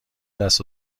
دست